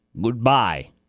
goodbye